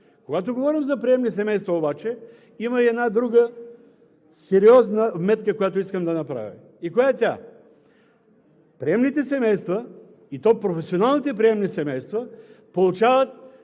Когато говорим за приемни семейства обаче, има и една друга сериозна вметка, която искам да направя. Коя е тя? Приемните семейства, и то професионалните приемни семейства, получават,